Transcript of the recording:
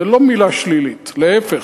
זו לא מלה שלילית, להיפך,